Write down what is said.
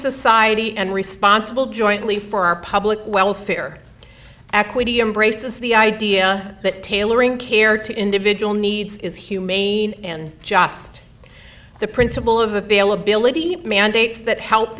society and responsible jointly for our public welfare equity embraces the idea that tailoring care to individual needs is humane and just the principle of availability mandates that help